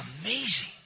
Amazing